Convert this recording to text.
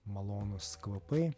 malonūs kvapai